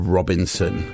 Robinson